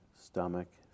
stomach